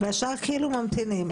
והשאר ממתינים?